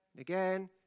again